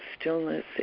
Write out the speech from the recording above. stillness